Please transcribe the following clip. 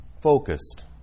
focused